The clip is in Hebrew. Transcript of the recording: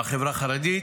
מהחברה החרדית,